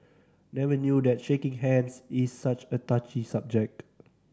never knew that shaking hands is such a touchy subject